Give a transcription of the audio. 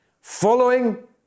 following